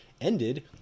ended